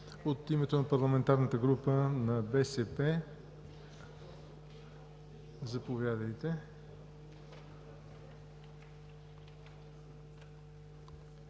От името на парламентарната група на БСП – заповядайте.